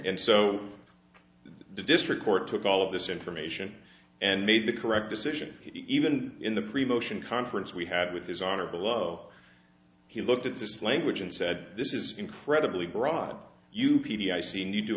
and so the district court took all of this information and made the correct decision even in the pre motion conference we had with his honor below he looked at this language and said this is incredibly broad u p d i